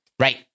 Right